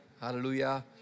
hallelujah